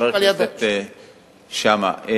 חבר הכנסת שאמה.